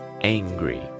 angry